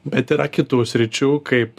bet yra kitų sričių kaip